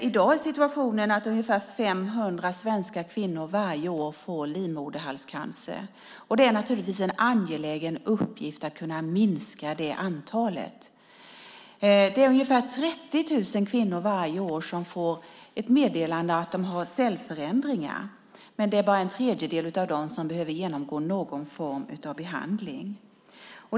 I dag är situationen att ungefär 500 svenska kvinnor varje år får livmoderhalscancer. Det är naturligtvis en angelägen uppgift att kunna minska det antalet. Det är ungefär 30 000 kvinnor varje år som får ett meddelande om att de har cellförändringar. Men det är bara en tredjedel av dem som behöver genomgå någon form av behandling.